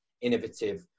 innovative